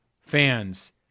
fans